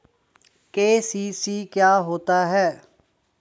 KCC क्या होता है?